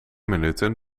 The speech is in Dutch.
minuten